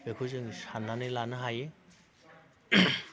बेखौ जोङो साननानै लानो हायो